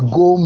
go